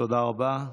תודה רבה.